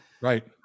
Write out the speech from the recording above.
Right